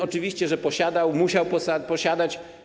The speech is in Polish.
Oczywiście, że posiadał, musiał posiadać.